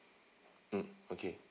mm okay